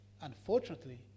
Unfortunately